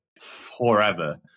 forever